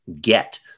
get